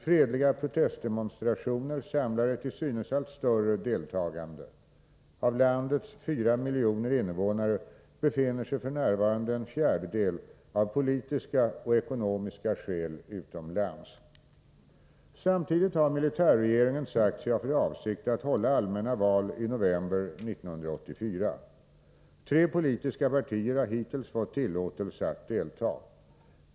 Fredliga protestdemonstrationer samlar ett till synes allt större deltagande. Av landets 4 miljoner invånare befinner sig f.n. en fjärdedel av politiska och ekonomiska skäl utomlands. Samtidigt har militärregeringen sagt sig ha för avsikt att hålla allmänna val i november 1984. Tre politiska partier har hittills fått tillåtelse att delta.